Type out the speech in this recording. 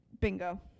bingo